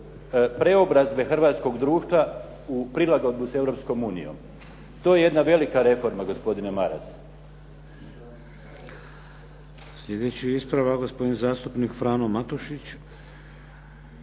preobrazbe hrvatskog društva u prilagodbu s Europskom unijom. To je jedna velika reforma, gospodine Maras.